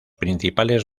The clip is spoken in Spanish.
principales